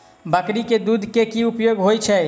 बकरी केँ दुध केँ की उपयोग होइ छै?